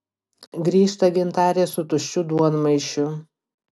grįžta gintarė su tuščiu duonmaišiu